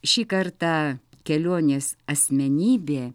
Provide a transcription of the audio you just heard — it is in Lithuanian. šį kartą kelionės asmenybė